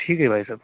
ठीक है भाई साहब